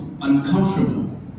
uncomfortable